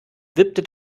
wippt